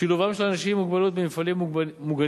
שילובם של אנשים עם מוגבלות במפעלים מוגנים